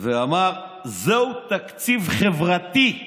ואמר: זהו תקציב חברתי.